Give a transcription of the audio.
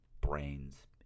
brains